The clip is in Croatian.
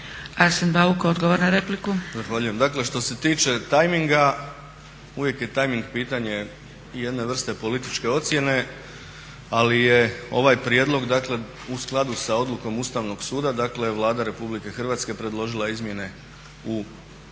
Arsen Bauk, odgovor na repliku. **Bauk, Arsen (SDP)** Zahvaljujem. Dakle, što se tiče timinga uvijek je timing pitanje i jedne vrste političke ocjene, ali je ovaj prijedlog, dakle u skladu sa odlukom Ustavnog suda, dakle Vlada RH je predložila izmjene u